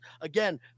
Again